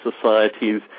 societies